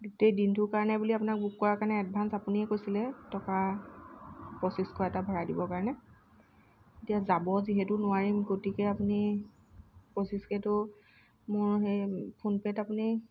গোটেই দিনটোৰ কাৰণে বুলি আপোনাক বুক কৰাৰ কাৰণে এডভান্স আপুনিয়েই কৈছিলে টকা পঁচিছশ এটা ভৰাই দিবৰ কাৰণে এতিয়া যাব যিহেতু নোৱাৰিম গতিকে আপুনি পঁচিছ এইটো মোৰ সেই ফোন পে'ত আপুনি